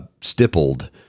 stippled